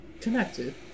connected